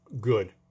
good